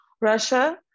Russia